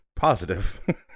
Positive